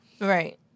Right